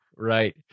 right